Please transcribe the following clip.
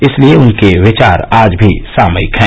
इसीलिए उनके विचार आज भी सामयिक हैं